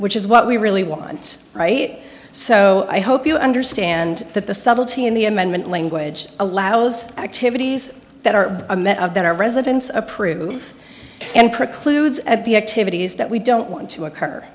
which is what we really want right so i hope you understand that the subtlety in the amendment language allows activities that are that our residents approve and precludes at the activities that we don't want to occur